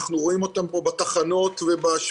אנחנו רואים אותם פה בתחנות ובשבילים.